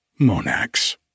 Monax